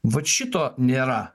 vat šito nėra